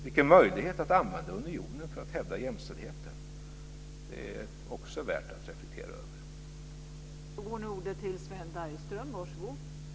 Vilken möjlighet att använda unionen för att hävda jämställdheten! Det är också värt att reflektera över.